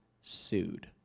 sued